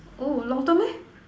oh long term meh